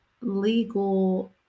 legal